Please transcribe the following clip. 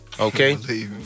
Okay